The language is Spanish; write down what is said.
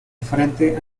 frente